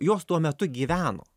jos tuo metu gyveno